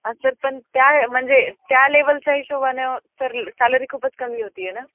अ sir पण त्या म्हणजे त्या लेवलच्या हिशोबानं सर सॅलरी खूपच कमी होते आहे नं